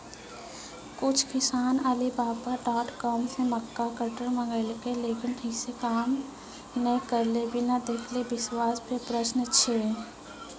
कुछ किसान Alibaba dot com से मक्का कटर मंगेलके लेकिन ठीक से काम नेय करलके, बिना देखले विश्वास पे प्रश्न छै?